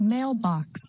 Mailbox